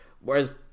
whereas